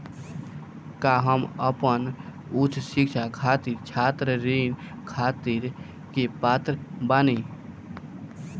का हम अपन उच्च शिक्षा खातिर छात्र ऋण खातिर के पात्र बानी?